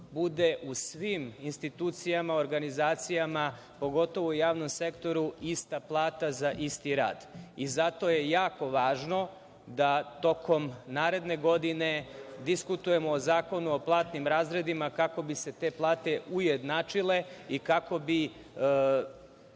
bude u svim institucijama, organizacijama, pogotovo u javnom sektoru ista plata za isti rad. Zato je jako važno da tokom naredne godine diskutujemo o zakonu o platnim razredima, kako bi se te plate ujednačile i kako bi